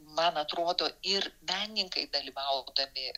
man atrodo ir menininkai dalyvaudami